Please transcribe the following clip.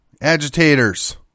agitators